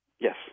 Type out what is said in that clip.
Yes